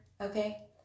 Okay